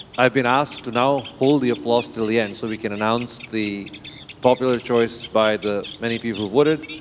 i've been asked to now hold the applause till the end so we can announce the popular choice by the many people who voted,